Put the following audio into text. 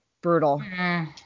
brutal